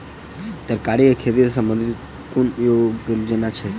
तरकारी केँ खेती सऽ संबंधित केँ कुन योजना छैक?